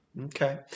Okay